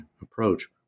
approach